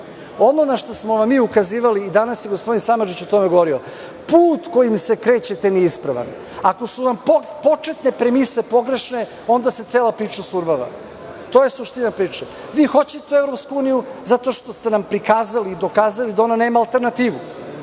na šta smo vam mi ukazivali i danas je gospodin Samardžić o tome govorio, put kojim se krećete nije ispravan. Ako su vam početne premise pogrešne, onda se cela priča survava. To je suština priče. Vi hoćete EU zato što ste nam prikazali i dokazali da ona nema alternativu,